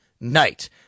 night